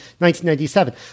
1997